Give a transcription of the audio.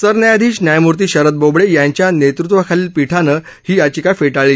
सरन्यायाधीश न्यायमूर्ती शरद बोबडे यांच्या नेतृत्वाखालील पीठानं फेटाळली